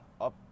up